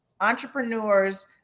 entrepreneurs